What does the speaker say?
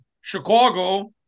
Chicago